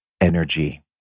energy